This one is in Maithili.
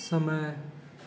समय